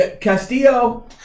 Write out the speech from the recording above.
Castillo